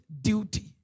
duty